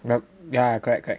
ya correct correct